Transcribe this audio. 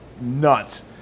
nuts